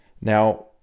Now